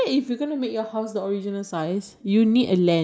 no I'm talking about like the water bottle